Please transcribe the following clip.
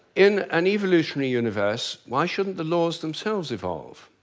in an evolutionary universe, why shouldn't the laws themselves evolve?